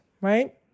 right